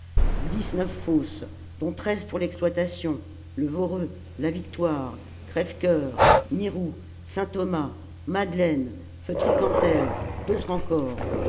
dix-neuf fosses dont treize pour l'exploitation le voreux la victoire crèvecoeur mirou saint-thomas madeleine feutry cantel d'autres encore